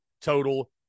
total